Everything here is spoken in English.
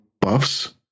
buffs